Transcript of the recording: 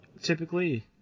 typically